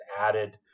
added